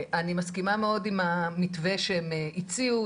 אני מסכימה מאוד עם המתווה שהם הציעו,